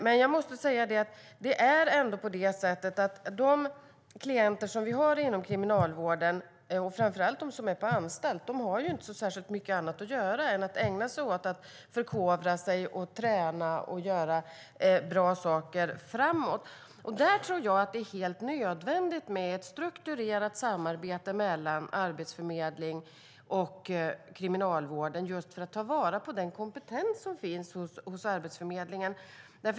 Men de klienter vi har inom kriminalvården, framför allt de som är på anstalt, har inte så mycket annat att göra än att förkovra sig och träna och göra bra saker framåt. Där tror jag att det är helt nödvändigt med ett strukturerat samarbete mellan Arbetsförmedlingen och Kriminalvården just för att ta vara på den kompetens som finns Arbetsförmedlingen.